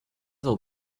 will